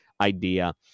idea